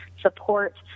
support